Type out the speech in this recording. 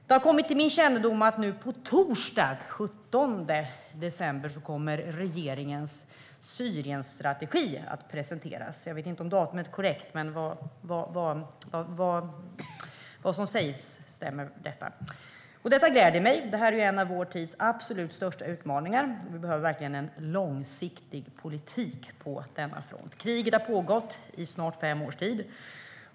Det har kommit till min kännedom att regeringen ska presentera sin Syrienstrategi nu på torsdag, och det gläder mig. Det här är en av vår tids absolut största utmaningar, och vi behöver en långsiktig politik på denna front. Kriget har pågått i snart fem års tid.